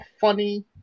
funny